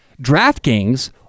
DraftKings